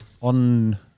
on